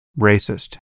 racist